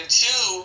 two